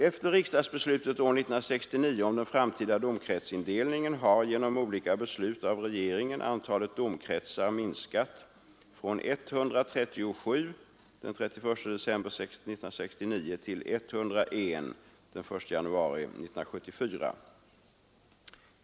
Efter riksdagsbeslutet år 1969 om den framtida domkretsindelningen har genom olika beslut av regeringen antalet domkretsar minskat från 137 den 31 december 1969 till 101 den 1 januari 1974.